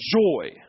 joy